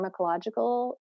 pharmacological